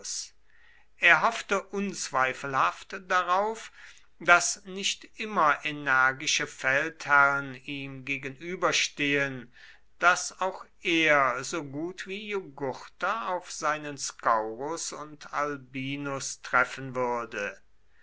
er hoffte unzweifelhaft darauf daß nicht immer energische feldherren ihm gegenüberstehen daß auch er so gut wie jugurtha auf seine scaurus und albinus treffen würde